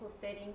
setting